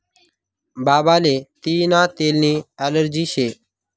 बाबाले तियीना तेलनी ॲलर्जी शे